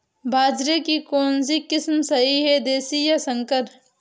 बाजरे की कौनसी किस्म सही हैं देशी या संकर?